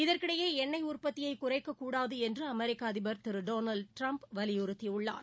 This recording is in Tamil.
இதற்கிடையே எண்ணெய் உற்பத்தியை குறைக்கக் கூடாது என்று அமெரிக்க அதிபர் திரு டொனால்ட் டிரம்ப் வலியுறுத்தியுள்ளார்